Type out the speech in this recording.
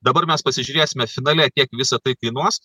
dabar mes pasižiūrėsime finale kiek visa tai kainuos